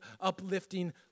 uplifting